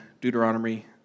Deuteronomy